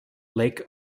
lake